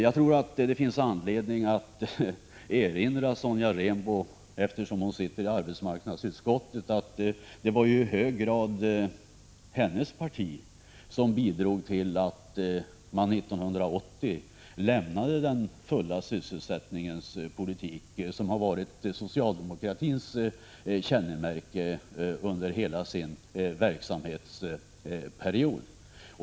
Det finns anledning att erinra Sonja Rembo, eftersom hon sitter i arbetsmarknadsutskottet, om att det var hennes parti som i hög grad bidrog till att man 1980 övergav den fulla sysselsättningens politik, som har varit socialdemokratins kännemärke under hela dess verksamhetsperiod.